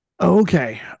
Okay